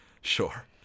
Sure